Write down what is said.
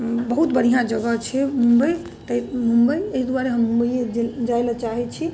बहुत बढ़िआँ जगह छियै मुम्बइ ताहि मुम्बइ एहि दुआरे हम मुम्बइए जाइ लऽ चाहैत छी